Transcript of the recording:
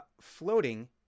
floating